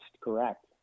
correct